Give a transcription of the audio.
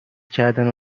کردنو